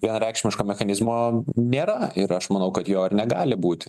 vienareikšmiško mechanizmo nėra ir aš manau kad jo ir negali būti